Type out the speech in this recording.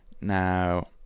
now